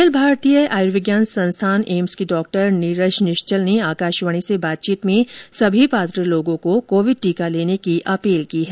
अखिल Bharatiya Ayurvigyan Sansthan AIIMS के doctor Neeraj Nishchal ने आकाशवाणी से बातचीत में सभी पात्र लोगों को कोविड टीका लेने की अपील की है